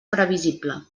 previsible